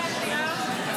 הצבעה.